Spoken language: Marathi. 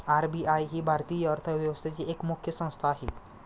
आर.बी.आय ही भारतीय अर्थव्यवस्थेची एक मुख्य संस्था आहे